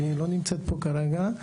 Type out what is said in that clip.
שלא נמצאת פה כרגע,